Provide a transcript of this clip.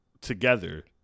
together